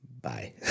bye